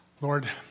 Lord